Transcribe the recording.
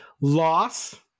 loss